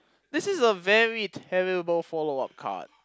this is a very terrible follow up card